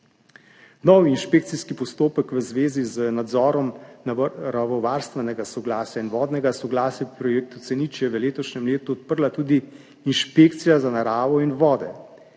Nov inšpekcijski postopek v zvezi z nadzorom naravovarstvenega soglasja in vodnega soglasja pri projektu C0 je v letošnjem letu odprla tudi inšpekcija za naravo in vode.